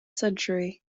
century